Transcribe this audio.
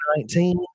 2019